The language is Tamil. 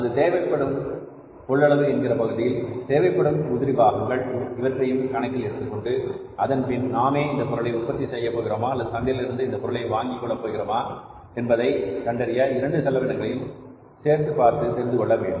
அது தேவைப்படும் கொள்ளளவு என்கிற பகுதியில் தேவைப்படும் உதிரிபாகங்கள் இவற்றையும் கணக்கில் எடுத்துக்கொண்டு அதன்பின் நாமே இந்த பொருளை உற்பத்தி செய்யப் போகிறோமா அல்லது சந்தையிலிருந்து இந்த பொருளை வாங்கிக் கொள்ளப் போகிறோமா என்பதை கண்டறிய 2 செலவினங்களையும் சேர்த்துப் பார்த்து தெரிந்து கொள்ள வேண்டும்